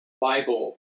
Bible